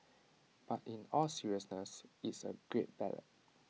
but in all seriousness it's A great ballad